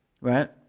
right